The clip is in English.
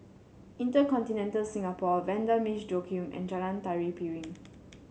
InterContinental Singapore Vanda Miss Joaquim and Jalan Tari Piring